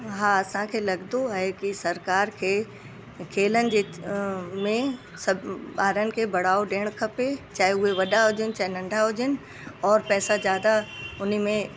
हा असांखे लॻंदो आहे की सरकारि खे खेलण जे में सभु ॿारनि खे बढ़ावो ॾियणु खपे चाहे उहे वॾा हुजनि चाहे नंढा हुजनि और पैसा ज़्यादा उन में